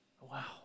Wow